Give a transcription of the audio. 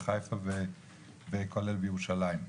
בחיפה וכולל בירושלים.